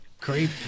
creep